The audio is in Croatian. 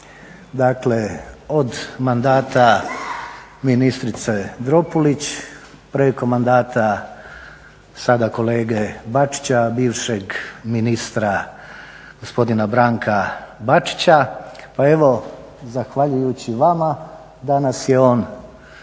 dakle od mandata ministrice Dropulić, preko mandata sada kolege Bačića, bivšeg ministra gospodina Branka Bačića pa evo zahvaljujući vama danas je on